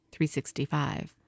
365